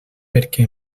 perquè